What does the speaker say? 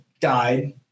died